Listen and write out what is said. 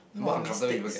more mistakes